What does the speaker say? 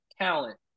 talent